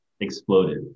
exploded